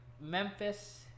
Memphis